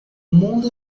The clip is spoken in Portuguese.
mundo